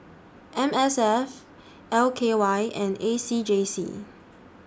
M S F L K Y and A C J C